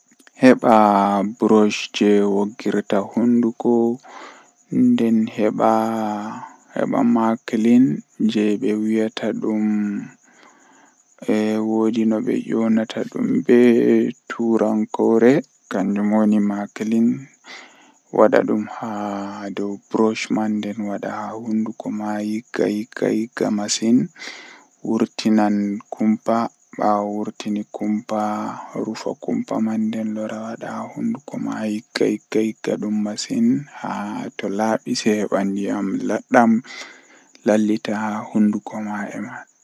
Hoonde didi hoonde, joye jwee didi tati nay joye jweego, hoonde jweetati. Woodi bo jei mi wiyata, hoonde go'o hoonde, bee hoonde tati nay tati hoonde jweetati jweedidi jweetati go'o.